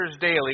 daily